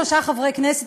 שלושה חברי הכנסת,